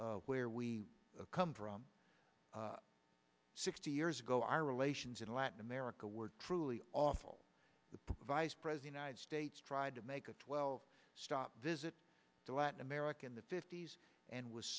where we come from sixty years ago our relations in latin america were truly awful provides president states tried to make a twelve stop visit to latin america in the fifty's and was